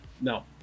No